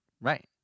right